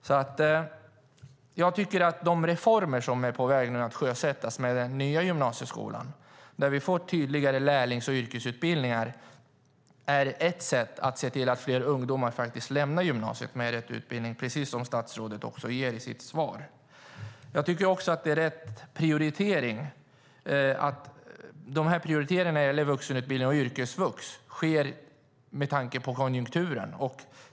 Jag tycker därför att de reformer som nu är på väg att sjösättas med den nya gymnasieskolan, där vi får tydligare lärlings och yrkesutbildningar, är ett sätt att se till att fler ungdomar faktiskt lämnar gymnasiet med rätt utbildning, precis som statsrådet också anger i sitt svar. Med tanke på konjunkturen tycker jag även att det är rätt prioriteringar som sker när det gäller vuxenutbildningar och yrkesvux.